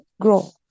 grow